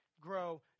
grow